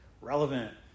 relevant